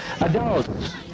adults